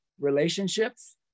relationships